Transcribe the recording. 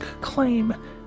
claim